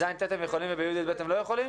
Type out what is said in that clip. ב-ז'-ט' הם יכולים וב-י'-י"ב הם לא יכולים?